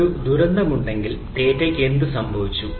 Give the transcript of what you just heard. ഒരു ദുരന്തമുണ്ടെങ്കിൽ ഡാറ്റയ്ക്ക് എന്ത് സംഭവിച്ചു